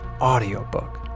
audiobook